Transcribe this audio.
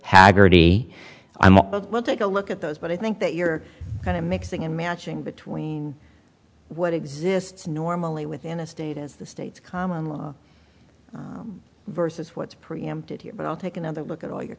haggerty i'm will take a look at those but i think that you're going to mixing and matching between what exists normally within a state is the state's common law versus what's preempted here but i'll take another look at all your